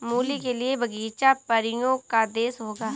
मूली के लिए बगीचा परियों का देश होगा